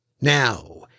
Now